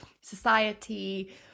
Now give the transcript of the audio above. society